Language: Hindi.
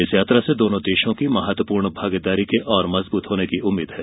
इस यात्रा से दोनों देशों की महत्वपूर्ण भागीदारी के और मजबूत होने की उम्मीद है